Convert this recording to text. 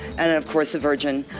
and of course a virgin.